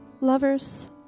Lovers